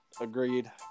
agreed